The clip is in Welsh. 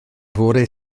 fore